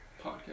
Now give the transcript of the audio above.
Podcast